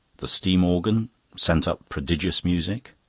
the steam-organ sent up prodigious music.